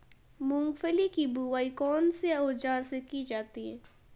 मूंगफली की बुआई कौनसे औज़ार से की जाती है?